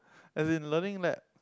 as in Learning Lab